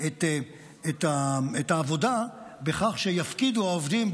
את העבודה בכך שיפקידו העובדים,